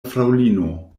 fraŭlino